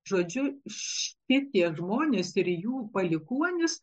žodžiu šitie žmonės ir jų palikuonys